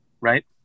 right